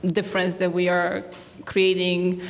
difference that we are creating.